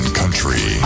country